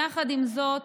יחד עם זאת,